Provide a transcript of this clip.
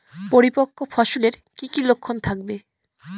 পরিপক্ক ফসলের কি কি লক্ষণ থাকবে?